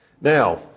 Now